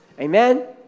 Amen